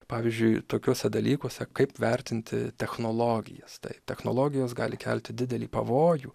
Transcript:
pavyzdžiui tokiuose dalykuose kaip vertinti technologijas tai technologijos gali kelti didelį pavojų